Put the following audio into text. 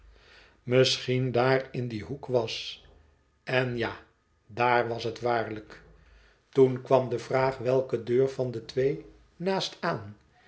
misschien daar in dien hoek was en ja daar was het waarlijk toen kwam de vraag welke deur van de twee naast aan